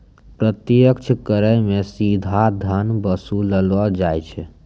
प्रत्यक्ष करो मे सीधा धन वसूललो जाय छै